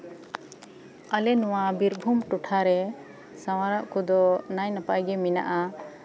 ᱟᱞᱮ ᱱᱚᱣᱟ ᱵᱤᱨᱵᱷᱩᱢ ᱴᱚᱴᱷᱟ ᱨᱮ ᱥᱟᱶᱟᱨ ᱠᱚᱫᱚ ᱱᱟᱭᱼᱱᱟᱯᱟᱭ ᱜᱮ ᱢᱮᱱᱟᱜᱼᱟ ᱮᱸᱜ